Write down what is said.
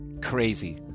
Crazy